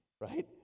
right